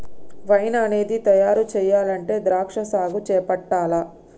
wine అనేది తయారు చెయ్యాలంటే ద్రాక్షా సాగు చేపట్టాల్ల